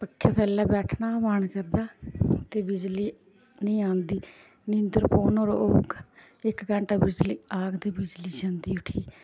पक्खे थ'ल्लै बैठने दा मन करदा ते बिजली नेईं आंदी नींदर पौनी होग इक घैंटा बिजली आह्ग ते बिजली जंदी उठी